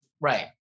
Right